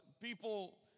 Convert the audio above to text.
people